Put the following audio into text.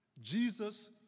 Jesus